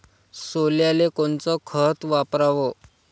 सोल्याले कोनचं खत वापराव?